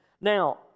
Now